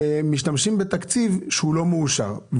משתמשים בתקציב שהוא לא מאושר.